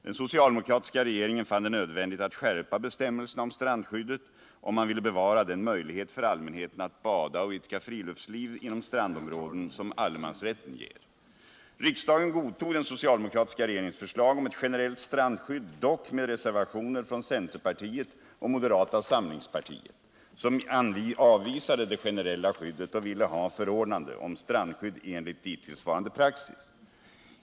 Den socialdemokratiska regeringen fann det nödvändigt att skärpa bestämmelserna om strandskyddet, om man ville bevara den möjlighet för allmänheten att bada och idka friluftsliv inom strandområden som allemansrätten ger. Riksdagen godtog den socialdemokratiska regeringens förslag om ett generellt strandskydd, dock med reservationer från centerpartiet och moderata samlingspartiet som avvisade det generella skyddet och ville ha förordnande om strandskydd enligt dittillsvarande praxis.